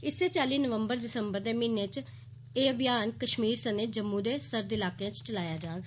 इस्सै चाल्ली नवम्बर दिसम्बर दे म्हीनें च एह् अभियान कश्मीर सनें जम्मू दे सर्द इलाकें च चलाया जाग